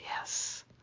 yes